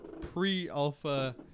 pre-alpha